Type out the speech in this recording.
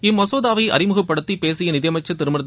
இம்மசோதாவை அறிமுகப்படுத்தி பேசிய நிதியமைச்ச் திருமதி